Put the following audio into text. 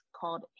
called